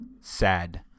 sad